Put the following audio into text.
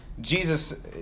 Jesus